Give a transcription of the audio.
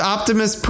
Optimus